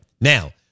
Now